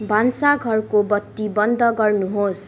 भान्सा घरको बत्ती बन्द गर्नुहोस्